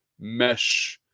mesh